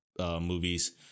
movies